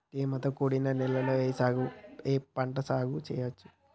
తేమతో కూడిన నేలలో ఏ పంట సాగు చేయచ్చు?